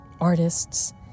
artists